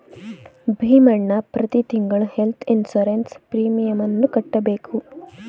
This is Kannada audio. ಭೀಮಣ್ಣ ಪ್ರತಿ ತಿಂಗಳು ಹೆಲ್ತ್ ಇನ್ಸೂರೆನ್ಸ್ ಪ್ರೀಮಿಯಮನ್ನು ಕಟ್ಟಬೇಕು